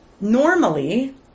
Normally